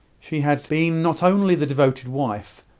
she had been not only the devoted wife,